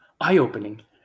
eye-opening